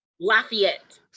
Lafayette